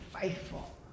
faithful